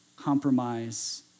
compromise